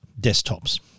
desktops